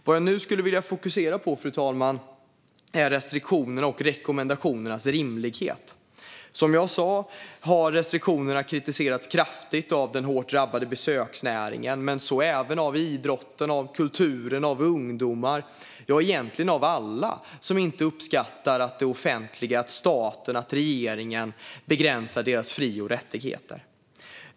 Det jag nu skulle vilja fokusera på är restriktionernas och rekommendationernas rimlighet. Som jag sa har restriktionerna kritiserats kraftigt av den hårt drabbade besöksnäringen men även av idrotten, kulturen, ungdomar och egentligen alla som inte uppskattar att det offentliga, staten och regeringen, begränsar deras fri och rättigheter.